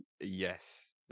Yes